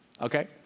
okay